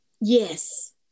yes